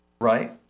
right